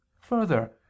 Further